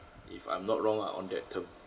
if I'm not wrong ah on that term